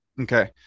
Okay